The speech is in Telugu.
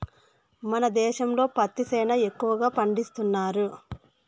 మన దేశంలో పత్తి సేనా ఎక్కువగా పండిస్తండారు